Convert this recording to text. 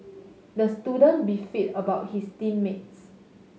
the student beefed about his team mates